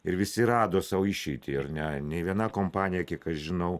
ir visi rado sau išeitį ar ne nei viena kompanija kiek aš žinau